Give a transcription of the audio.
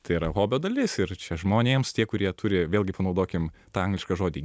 tai yra hobio dalis ir čia žmonėms tie kurie turi vėlgi panaudokim tą anglišką žodį